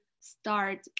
start